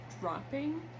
dropping